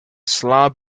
slab